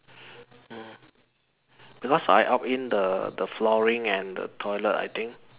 mm because I opt in the flooring and the toilet I think